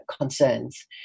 concerns